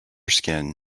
skin